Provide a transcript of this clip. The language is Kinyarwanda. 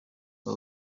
aba